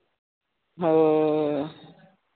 ᱦᱳᱭ